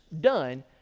done